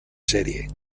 serie